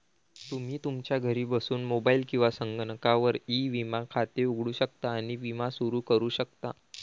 तुम्ही तुमच्या घरी बसून मोबाईल किंवा संगणकावर ई विमा खाते उघडू शकता आणि विमा सुरू करू शकता